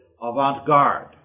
avant-garde